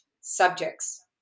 subjects